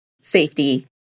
safety